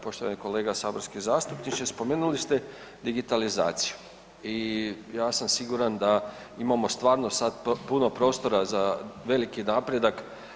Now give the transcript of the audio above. Poštovani kolega saborski zastupniče, spomenuli ste digitalizaciju i ja sam siguran da imamo stvarno sad puno prostora za veliki napredak.